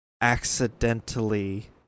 accidentally